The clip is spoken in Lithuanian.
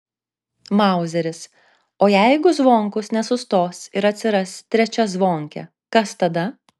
mauzeris o jeigu zvonkus nesustos ir atsiras trečia zvonkė kas tada